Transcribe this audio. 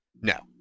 No